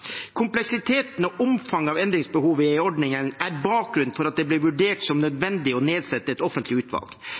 Kompleksiteten og omfanget av endringsbehovet i ordningen er bakgrunnen for at det ble vurdert som nødvendig å nedsette et offentlig utvalg.